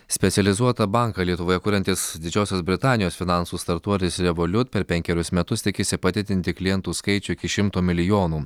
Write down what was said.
specializuotą banką lietuvoje kuriantis didžiosios britanijos finansų startuolis revolut per penkerius metus tikisi padidinti klientų skaičių iki šimto milijonų